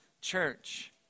church